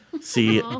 See